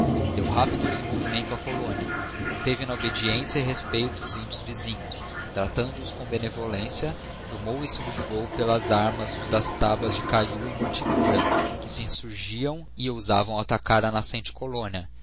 deu rápido desenvolvimento á colónia conteve na obediência e respeito os índios visinhos tratando os com benevolência domou e subjugou pelas armas os das tabas de cayá e mortigura que se insurgiam e ousavam atacar a nascente colónia